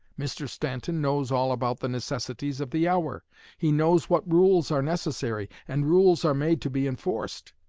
mr. stanton knows all about the necessities of the hour he knows what rules are necessary, and rules are made to be enforced.